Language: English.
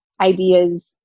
ideas